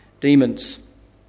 demons